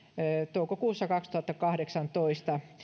toukokuussa kaksituhattakahdeksantoista